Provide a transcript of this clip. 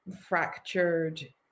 fractured